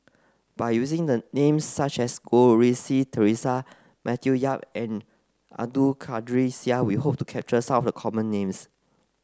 by using the names such as Goh Rui Si Theresa Matthew Yap and Abdul Kadir Syed we hope to capture some of the common names